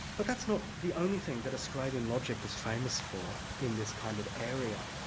but that's not the only thing that australian logic is famous for in this kind of area.